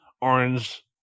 orange